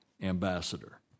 ambassador